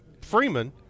Freeman